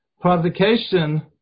Provocation